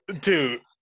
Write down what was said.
Dude